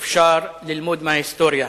שאפשר ללמוד מההיסטוריה.